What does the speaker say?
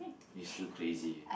is too crazy